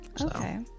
Okay